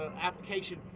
application